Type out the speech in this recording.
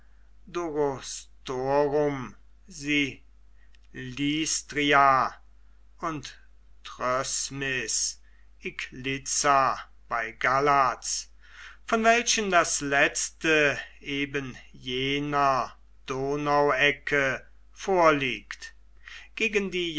und troesmis iglitza bei galatz von welchen das letzte eben jener donauecke vorliegt gegen die